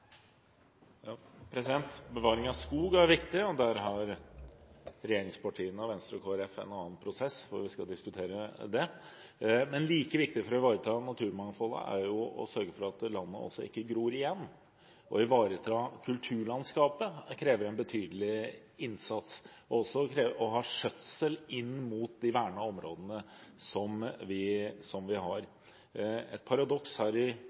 viktig, og der har regjeringspartiene og Venstre og Kristelig Folkeparti en annen prosess, som vi skal diskutere. Men like viktig som å ivareta naturmangfoldet er å sørge for at landet ikke gror igjen. Det å ivareta kulturlandskapet og også det å ha skjøtsel inn mot de vernede områdene som vi har, krever en betydelig innsats. Et paradoks er at Oslo faktisk er den kommunen med størst biologisk mangfold i